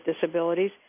disabilities